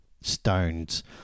stones